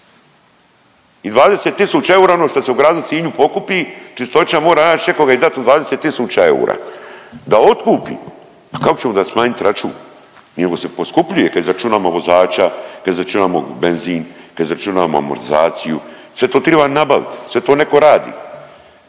i 20 tisuća eura, ono što se u gradu Sinju pokupi Čistoća mora nać nekoga i dat mu 20 tisuća eura da otkupi, pa kako će onda smanjit račun, njemu se poskupljuje kad izračunamo vozača, kad izračunamo benzin, kad izračunamo amortizaciju, sve to triba nabaviti, sve to neko radi,